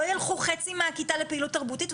לא ילכו חצי מהכיתה לפעילות תרבותית,